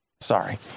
Sorry